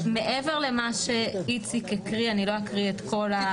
מעבר למה שאיציק הקריא, לא אקריא אל הכול.